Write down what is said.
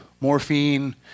morphine